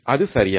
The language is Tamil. அது சரியா